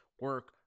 Work